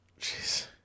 Jeez